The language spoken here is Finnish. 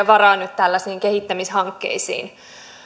varaa nyt tällaisiin kehittämishankkeisiin